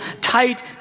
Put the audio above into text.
tight